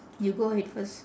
you go ahead first